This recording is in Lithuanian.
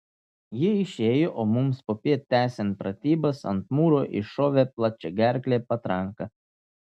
ji išėjo o mums popiet tęsiant pratybas ant mūro iššovė plačiagerklė patranka